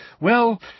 well